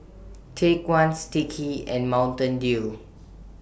Take one Sticky and Mountain Dew